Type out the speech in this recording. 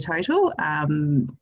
Total